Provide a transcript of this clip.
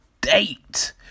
date